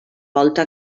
volta